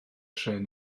trên